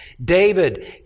David